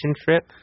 trip